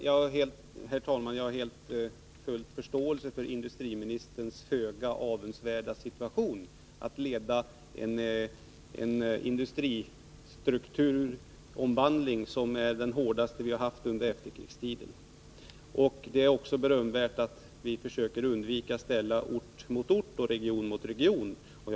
Herr talman! Jag har full förståelse för industriministerns föga avundsvärda situation när han skall leda en industristrukturomvandling som är den hårdaste som vi har haft under efterkrigstiden. Det är också berömvärt att han försöker undvika att ställa region mot region eller ort mot ort.